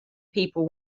people